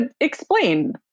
explain